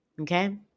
Okay